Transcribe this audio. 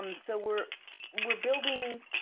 um so we're we're building